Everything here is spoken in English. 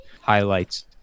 highlights